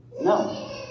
No